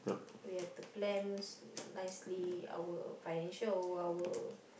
we have to plan nicely our financial our